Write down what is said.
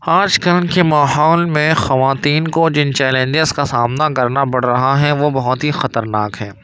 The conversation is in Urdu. آج کل کے ماحول میں خواتین کو جن چیلنجس کا سامنا کرنا پڑ رہا ہے وہ بہت ہی خطرناک ہیں